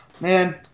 man